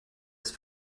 ist